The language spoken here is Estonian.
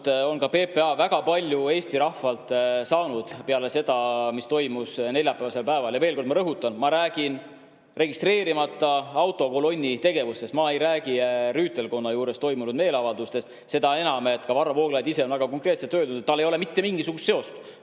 on ka PPA väga palju Eesti rahvalt saanud peale seda, mis toimus neljapäevasel päeval. Ja veel kord, ma rõhutan, ma räägin registreerimata autokolonni tegevusest, ma ei räägi rüütelkonna hoone juures toimunud meeleavaldusest. Seda enam, et ka Varro Vooglaid ise on väga konkreetselt öelnud, et tal ei ole mitte mingisugust seost